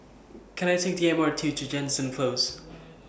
Can I Take The M R T to Jansen Close